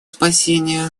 спасения